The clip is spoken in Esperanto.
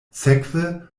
sekve